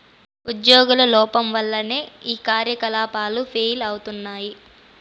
ఉజ్యోగుల లోపం వల్లనే ఈ కార్యకలాపాలు ఫెయిల్ అయితయి